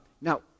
Now